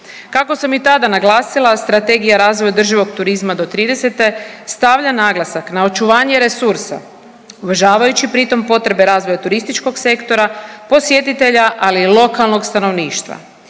Kako sam i tada naglasila Strategija razvoja održivog turizma do tridesete stavlja naglasak na očuvanje resursa uvažavajući pritom potrebe razvoja turističkog sektora posjetitelja, ali i lokalnog stanovništva.